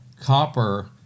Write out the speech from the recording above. copper